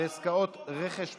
בעסקאות רכש ביטחוני,